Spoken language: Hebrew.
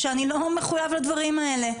שאני לא מחוייב לדברים האלה.